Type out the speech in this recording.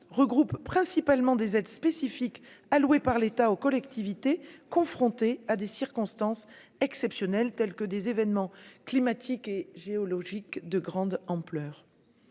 regroupe principalement des aides spécifiques alloués par l'État aux collectivités, confronté à des circonstances exceptionnelles, telles que des événements climatiques et géologiques de grande ampleur,